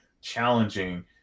challenging